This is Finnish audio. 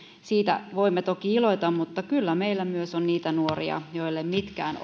siitä voimme toki iloita mutta kyllä meillä myös on niitä nuoria joille mitkään